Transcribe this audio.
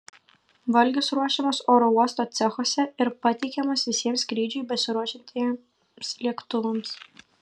valgis ruošiamas oro uosto cechuose ir pateikiamas visiems skrydžiui besiruošiantiems lėktuvams